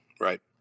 Right